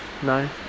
Nine